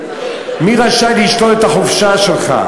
מי רשאי לשלול את החופשה שלך,